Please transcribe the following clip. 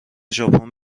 ژاپن